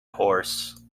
horse